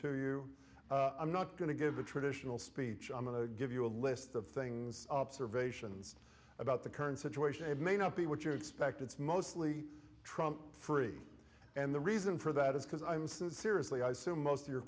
to you i'm not going to give a traditional speech i'm going to give you a list of things observations about the current situation it may not be what you expect it's mostly trump free and the reason for that is because i'm seriously i sue most of your